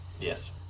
Yes